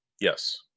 yes